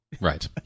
right